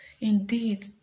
indeed